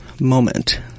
moment